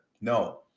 No